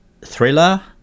thriller